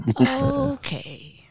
Okay